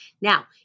now